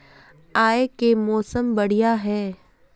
आय के मौसम बढ़िया है?